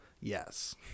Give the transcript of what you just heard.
yes